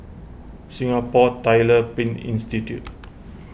Singapore Tyler Print Institute